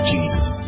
Jesus